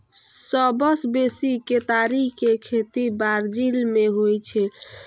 सबसं बेसी केतारी के खेती ब्राजील मे होइ छै